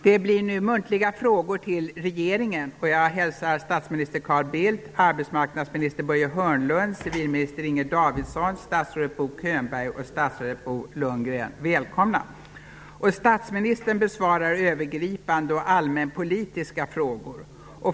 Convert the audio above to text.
Det blir nu muntliga frågor till regeringen. Jag hälsar statsminister Carl Bildt, arbetsmarknadsminister Börje Hörnlund, civilminister Inger Davidson, statsrådet Bo Statsministern besvarar övergripande och allmänpolitiska frågor.